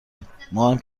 بود، ماهم